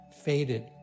faded